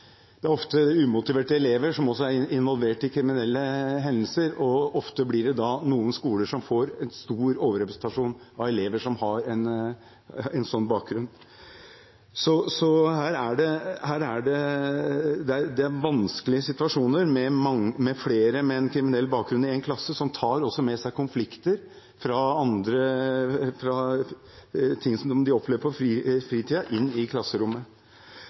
kriminelle hendelser, og ofte blir det da noen skoler som får en stor overrepresentasjon av elever som har en sånn bakgrunn. Så her er det vanskelige situasjoner med flere med kriminell bakgrunn i én klasse, som også tar med seg konflikter fra ting som de opplever på fritiden, inn i klasserommet.